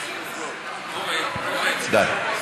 אורן, אורן, די.